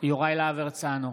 יוראי להב הרצנו,